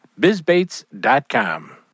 bizbaits.com